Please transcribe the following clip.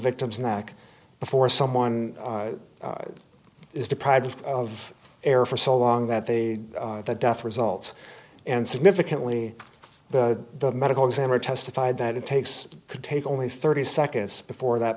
victim's neck before someone is deprived of air for so long that they the death results and significantly the medical examiner testified that it takes to take only thirty seconds before that